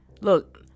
Look